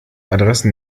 adressen